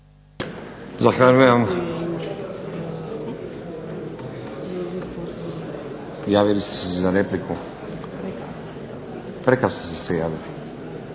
Zahvaljujem. Javili ste se za repliku, prekasno ste se javili.